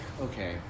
okay